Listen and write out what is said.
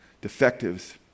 defectives